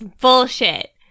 Bullshit